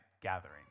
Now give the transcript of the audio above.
gathering